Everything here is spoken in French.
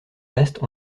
restes